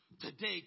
Today